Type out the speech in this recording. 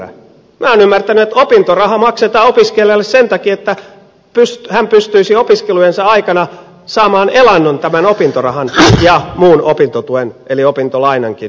minä olen ymmärtänyt että opintoraha maksetaan opiskelijalle sen takia että hän pystyisi opiskelujensa aikana saamaan elannon tämän opintorahan ja muun opintotuen eli opintolainankin avulla